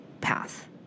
path